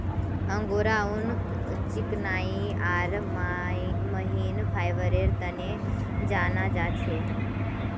angora ऊन चिकनाई आर महीन फाइबरेर तने जाना जा छे